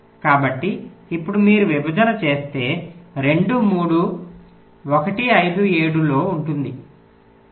కాబట్టి ఇప్పుడు మీరు విభజన చేస్తే 2 3 1 5 7 లో ఉంటుంది ఇతర